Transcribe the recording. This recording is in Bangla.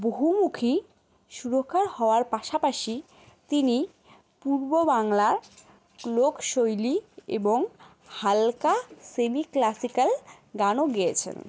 বহুমুখী সুরকার হওয়ার পাশাপাশি তিনি পূর্ব বাংলার ফোক শৈলী এবং হালকা সেমিক্লাসিক্যাল গানও গেছেন